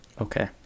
Okay